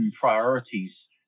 priorities